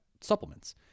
supplements